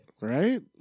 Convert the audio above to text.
Right